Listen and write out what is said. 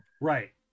Right